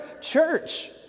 church